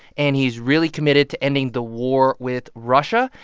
and he's really committed to ending the war with russia.